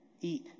eat